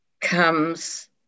comes